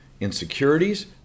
Insecurities